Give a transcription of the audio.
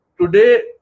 Today